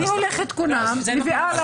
אני הולכת וקונה לבית שלי את החיה